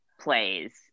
plays